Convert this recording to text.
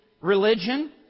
religion